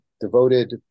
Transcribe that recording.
Devoted